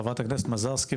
חברת הכנסת מזרסקי.